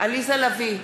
עליזה לביא,